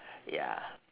ya